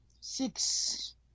six